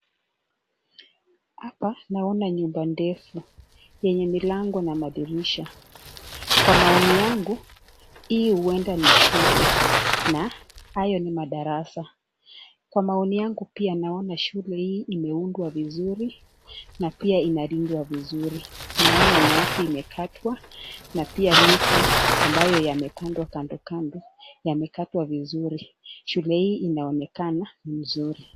Hapa naona nyumba ndefu yenye milango na dirisha kwa maoni yangu hii huenda ni shule na hayo ni madarasa. Kwa maoni yangu pia naona shule hii imeundwa vizuri na pia inalindwa vizuri. Naona nyasi imekatwa na pia miti ambayo yamekatwa kando kando yamekatwa vizuri, shule hii inaonekana ni mzuri.